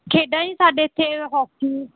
ਖੇਡਾਂ ਜੀ ਸਾਡੇ ਇੱਥੇ ਹੋਕੀ